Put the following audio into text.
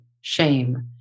shame